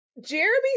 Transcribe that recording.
jeremy